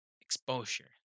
exposure